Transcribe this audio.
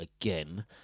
again